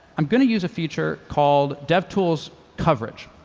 i'm going to use a feature called devtools coverage.